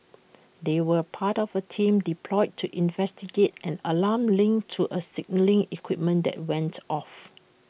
they were part of A team deployed to investigate an alarm linked to A signalling equipment that went off